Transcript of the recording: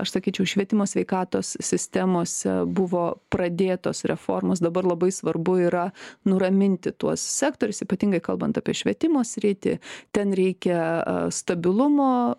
aš sakyčiau švietimo sveikatos sistemose buvo pradėtos reformos dabar labai svarbu yra nuraminti tuos sektorius ypatingai kalbant apie švietimo sritį ten reikia stabilumo